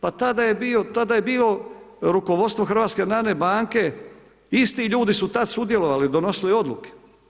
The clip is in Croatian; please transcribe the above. Pa tada je bilo rukovodstvo HNB-a, isti ljudi su tada sudjelovali, donosili odluke.